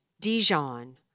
Dijon